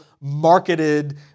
marketed